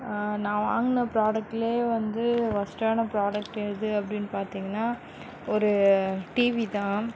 நான் வாங்கின ப்ரோடக்ட்டிலே வந்து ஒர்ஸ்ட்டான ப்ரோடக்ட் எது அப்படின் பார்த்திங்னா ஒரு டிவி தான்